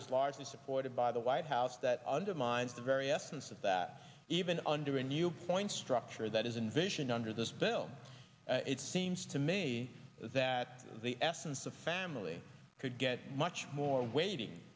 is largely supported by the white house that undermines the very essence of that even under a new point structure that is invasion under this bill it seems to me that the essence of family could get much more waiting